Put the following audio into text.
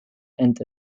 and